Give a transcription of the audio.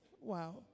Wow